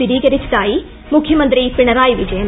സ്ഥിരീകരിച്ചതായി മുഖ്യമന്ത്രി പിണറായി വിജയൻ